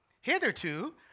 Hitherto